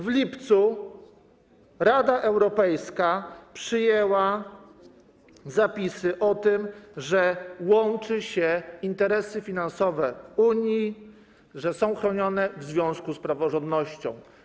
W lipcu Rada Europejska przyjęła zapisy o tym, że łączy się interesy finansowe Unii, że są chronione w związku z praworządnością.